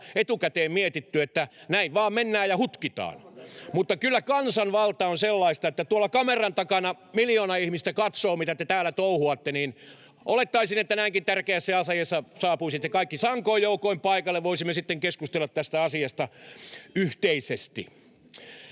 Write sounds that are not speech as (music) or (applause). etukäteen mietitty, että näin vain mennään ja hutkitaan. (noise) Mutta kyllä kansanvalta on sellaista, että tuolla kameran takana miljoona ihmistä katsoo, mitä te täällä touhuatte, ja olettaisin, että näinkin tärkeässä asiassa saapuisitte kaikki sankoin joukoin paikalle. Voisimme sitten keskustella tästä asiasta yhteisesti.